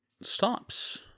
stops